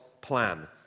plan